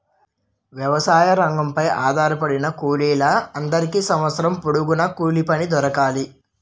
వ్యవసాయ రంగంపై ఆధారపడిన కూలీల అందరికీ సంవత్సరం పొడుగున కూలిపని దొరకాలి